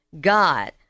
God